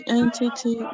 entity